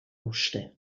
uste